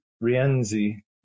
Rienzi